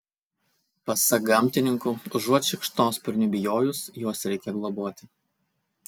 pasak gamtininkų užuot šikšnosparnių bijojus juos reikia globoti